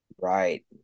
Right